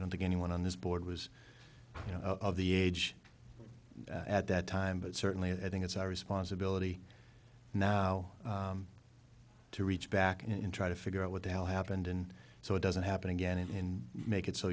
don't think anyone on this board was you know of the age at that time but certainly i think it's our responsibility now to reach back and try to figure out what the hell happened and so it doesn't happen again in make it so